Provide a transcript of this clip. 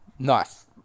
Nice